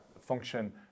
function